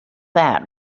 that